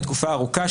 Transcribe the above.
לתקופה ארוכה,